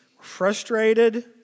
frustrated